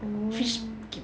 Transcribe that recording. fish